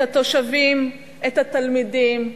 את התושבים, את התלמידים,